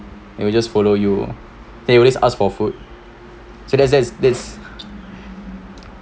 it will just follow you they always ask for food so that's that's that's